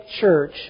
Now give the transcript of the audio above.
church